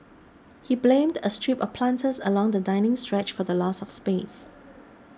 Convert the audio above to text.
he blamed a strip of planters along the dining stretch for the loss of space